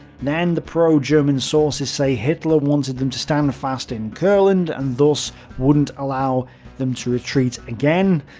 then the pro-german sources say hitler wanted them to stand fast in courland and thus wouldn't allow them to retreat again,